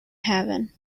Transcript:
heaven